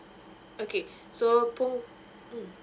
okay so